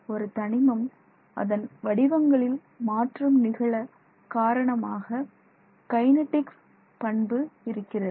ஒரு தனிமம் அதன் வடிவங்களில் மாற்றம் நிகழ காரணமாக கைனெடிக்ஸ் பண்பு இருக்கிறது